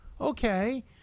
Okay